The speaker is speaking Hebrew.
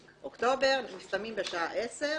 באוקטובר, מסתיימים בשעה 22:00,